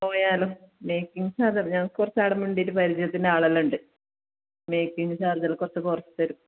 പോയാലോ making charge അത് ഞാൻ കുറച്ച് ആളെ മിണ്ടിയിട്ട് പരിചയത്തിൻ്റെ ആളെല്ലാം ഉണ്ട് മേക്കിങ്ങ് ചാർജെല്ലാം കുറച്ച് കുറച്ച് തരും